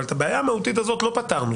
אבל את הבעיה המהותית הזאת לא פתרנו.